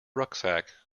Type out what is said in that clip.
rucksack